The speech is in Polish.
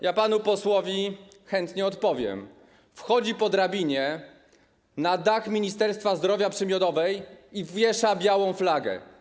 Ja panu posłowi chętnie odpowiem: wchodzi po drabinie na dach Ministerstwa Zdrowia przy Miodowej i wiesza białą flagę.